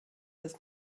des